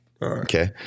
Okay